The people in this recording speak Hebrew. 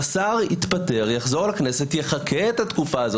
השר יתפטר, יחזור לכנסת, יחכה את התקופה.